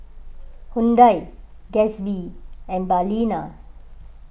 Hyundai Gatsby and Balina